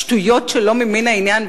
שטויות שלא ממין העניין,